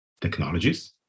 technologies